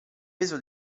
peso